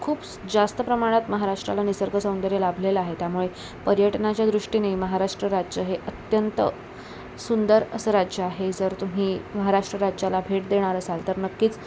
खूप जास्त प्रमाणात महाराष्ट्राला निसर्गसौंदर्य लाभलेलं आहे त्यामुळे पर्यटनाच्या दृष्टीने महाराष्ट्र राज्य हे अत्यंत सुंदर असं राज्य आहे जर तुम्ही महाराष्ट्र राज्याला भेट देणार असाल तर नक्कीच